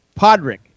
Podrick